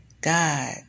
God